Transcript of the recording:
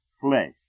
flesh